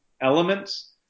elements